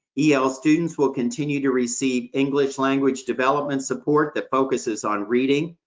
yeah el students will continue to receive english language development support that focuses on reading,